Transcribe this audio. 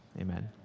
amen